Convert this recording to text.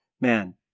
man